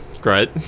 Great